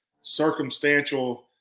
circumstantial